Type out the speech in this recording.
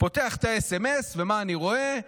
פותח את הסמ"ס ומה אני רואה?